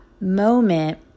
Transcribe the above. moment